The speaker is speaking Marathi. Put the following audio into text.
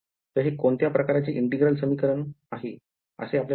तर हे कोणत्या प्रकाराचे integral समीकरण आहे असे आपल्याला वाटते